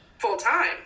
full-time